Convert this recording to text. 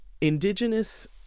indigenous